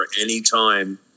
anytime